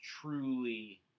truly